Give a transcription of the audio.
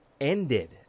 ended